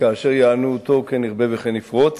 וכאשר יענו אותו כן ירבה וכן יפרוץ.